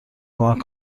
کمک